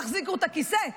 תחזיקו את הכיסא,